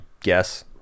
guess